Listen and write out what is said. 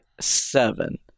seven